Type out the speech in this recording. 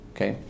Okay